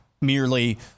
merely